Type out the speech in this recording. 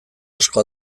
asko